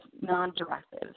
non-directive